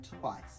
twice